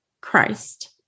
Christ